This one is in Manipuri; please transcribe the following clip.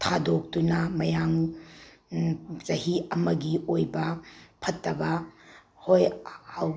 ꯊꯥꯗꯣꯛꯇꯨꯅ ꯃꯌꯥꯝ ꯆꯍꯤ ꯑꯃꯒꯤ ꯑꯣꯏꯕ ꯐꯠꯇꯕ ꯍꯣꯏ